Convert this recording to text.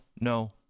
no